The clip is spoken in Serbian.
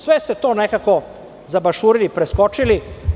Sve ste to nekako zabašurili i preskočili.